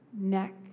Neck